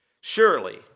Surely